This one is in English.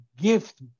gift